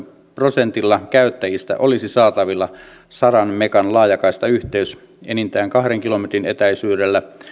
prosentilla käyttäjistä olisi saatavilla sadan megan laajakaistayhteys enintään kahden kilometrin etäisyydellä